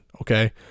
okay